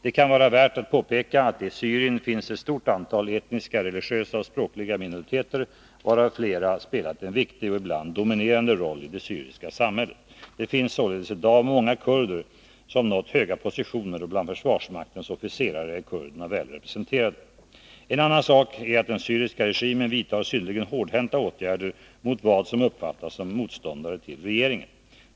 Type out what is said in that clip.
Det kan vara värt att påpeka att det i Syrien finns ett stort antal etniska, religiösa och språkliga minoriteter, varav flera spelat en viktig — och ibland dominerande — roll i det syriska samhället. Det finns således i dag många kurder som nått höga positioner, och bland försvarsmaktens officerare är kurderna väl representerade. En annan sak är att den syriska regimen vidtar synnerligen hårdhänta åtgärder mot dem som uppfattas som motståndare till regeringen.